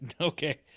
okay